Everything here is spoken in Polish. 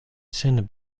syn